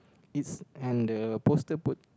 it's and the poster puts